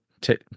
take